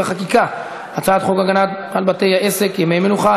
בחקיקה: הצעת חוק הגנה על בתי-עסק (ימי המנוחה),